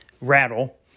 Rattle